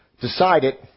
decided